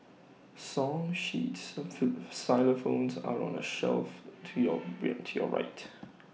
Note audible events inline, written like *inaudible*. song sheets *unintelligible* xylophones are on the shelf to you *noise* *unintelligible* to your right